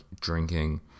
drinking